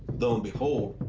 lo and behold,